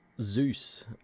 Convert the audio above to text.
Zeus